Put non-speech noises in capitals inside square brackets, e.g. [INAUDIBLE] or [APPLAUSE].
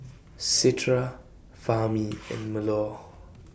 Citra Fahmi [NOISE] and Melur